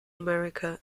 america